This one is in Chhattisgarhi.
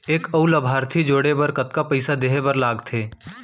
एक अऊ लाभार्थी जोड़े बर कतका पइसा देहे बर लागथे?